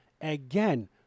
again